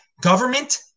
Government